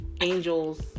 angels